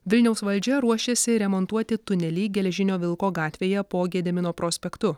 vilniaus valdžia ruošėsi remontuoti tunelį geležinio vilko gatvėje po gedimino prospektu